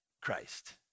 Christ